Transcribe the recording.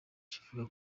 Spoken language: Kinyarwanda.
kivuga